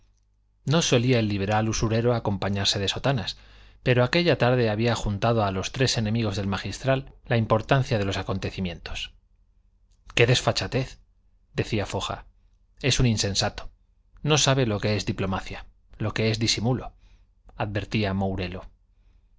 no solía el liberal usurero acompañarse de sotanas pero aquella tarde había juntado a los tres enemigos del magistral la importancia de los acontecimientos qué desfachatez decía foja es un insensato no sabe lo que es diplomacia lo que es disimulo advertía mourelo